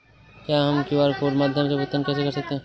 हम QR code के माध्यम से भुगतान कैसे कर सकते हैं?